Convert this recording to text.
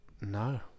No